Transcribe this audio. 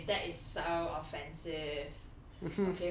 !oi! !oi! !oi! that is so offensive